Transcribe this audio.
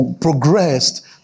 progressed